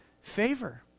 favor